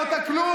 לא אמרת כלום.